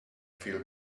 feel